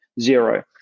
zero